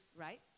right